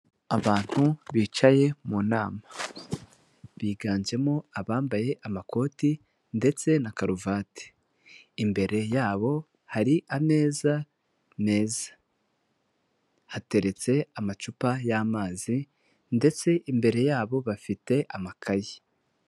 Abantu bicaye mu nama, biganjemo abambaye amakoti ndetse na karuvati, imbere yabo hari ameza meza, hateretse amacupa y'amazi, ndetse imbere yabo bafite amakaye.